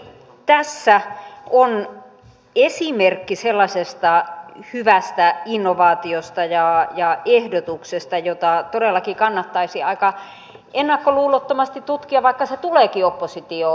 mielestäni tässä on esimerkki sellaisesta hyvästä innovaatiosta ja ehdotuksesta jota todellakin kannattaisi aika ennakkoluulottomasti tutkia vaikka se tuleekin oppositiosta käsin